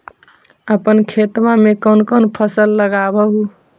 अपन खेतबा मे कौन कौन फसल लगबा हू?